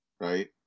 right